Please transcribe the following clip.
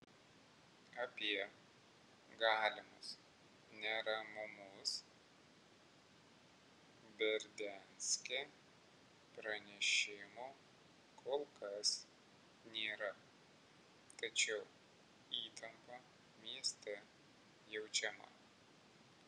apie galimus neramumus berdianske pranešimų kol kas nėra tačiau įtampa mieste jaučiama